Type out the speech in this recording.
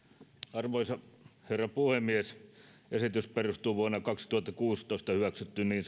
arvoisa herra puhemies esitys perustuu vuonna kaksituhattakuusitoista hyväksyttyyn niin